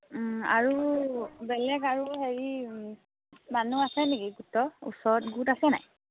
আৰু বেলেগ আৰু হেৰি মানুহ আছে নেকি গোটৰ ওচৰত গোট আছে নাই